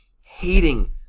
hating